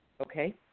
okay